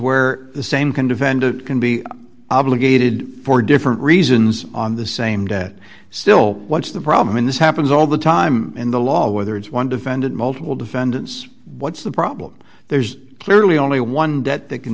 where the same can defendant can be obligated for different reasons on the same debt still what's the problem when this happens all the time in the law whether it's one defendant multiple defendants what's the problem there's clearly only one debt they can